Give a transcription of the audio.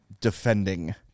defending